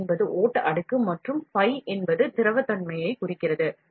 m என்பது ஓட்ட அடுக்கு மற்றும் phi என்பது திரவத்தன்மையைக் குறிக்கிறது